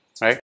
right